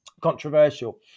controversial